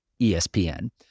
ESPN